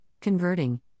converting